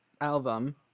album